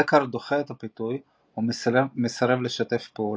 דקארט דוחה את הפיתוי ומסרב לשתף פעולה.